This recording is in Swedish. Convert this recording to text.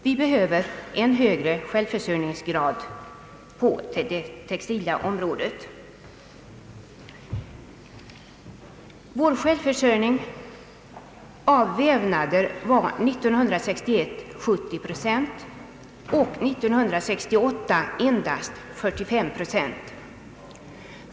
Vi behöver en högre självförsörjningsgrad på det textila området. Vår självförsörjningsgrad av vävnader var år 1961 70 procent och år 1968 endast 45 procent.